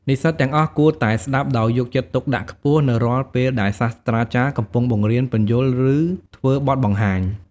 និស្សិតទាំងអស់គួរតែ ស្ដាប់ដោយយកចិត្តទុកដាក់ខ្ពស់ នៅរាល់ពេលដែលសាស្រ្តាចារ្យកំពុងបង្រៀន ពន្យល់ ឬធ្វើបទបង្ហាញ។